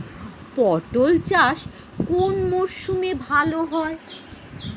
পটল চাষ কোন মরশুমে ভাল হয়?